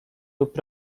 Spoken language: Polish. lub